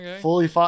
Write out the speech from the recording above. Fully